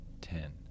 ten